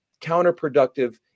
counterproductive